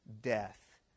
Death